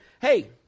hey